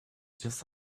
just